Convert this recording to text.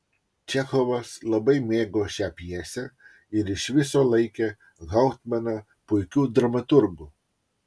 čechovas labai mėgo šią pjesę ir iš viso laikė hauptmaną puikiu dramaturgu